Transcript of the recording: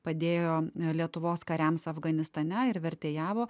padėjo lietuvos kariams afganistane ir vertėjavo